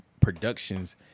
productions